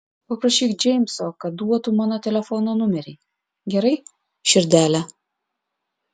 paprašyk džeimso kad duotų mano telefono numerį gerai širdele